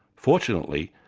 fortunately,